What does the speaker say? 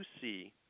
see